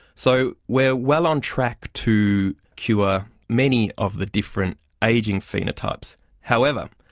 so we're well on track to cure many of the different ageing phenotypes. however,